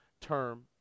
term